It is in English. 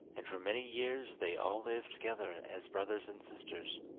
and for many years they all lived together as brothers and sisters.